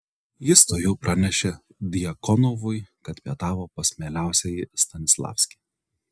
jis tuojau pranešė djakonovui kad pietavo pas mieliausiąjį stanislavskį